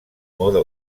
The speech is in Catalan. moda